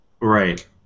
Right